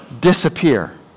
disappear